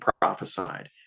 prophesied